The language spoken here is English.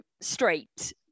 straight